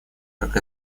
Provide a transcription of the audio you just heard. как